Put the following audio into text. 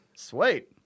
Sweet